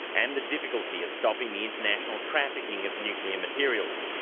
and the difficulty of stopping the international trafficking of nuclear materials.